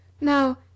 Now